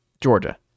Georgia